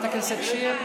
הכנסת יוסף טייב,